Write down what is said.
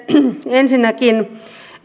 ensinnäkin